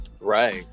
Right